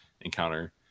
encounter